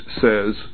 says